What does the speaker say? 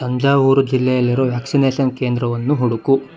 ತಂಜಾವೂರು ಜಿಲ್ಲೆಯಲ್ಲಿರೋ ವ್ಯಾಕ್ಸಿನೇಷನ್ ಕೇಂದ್ರವನ್ನು ಹುಡುಕು